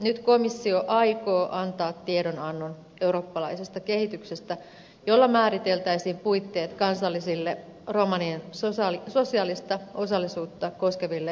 nyt komissio aikoo antaa tiedonannon eurooppalaisesta kehityksestä jolla määriteltäisiin puitteet kansallisille romanien sosiaalista osallisuutta koskeville strategioille